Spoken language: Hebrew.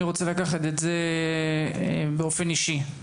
אני רוצה לקחת את זה באופן אישי,